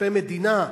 כספי מדינה.